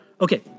Okay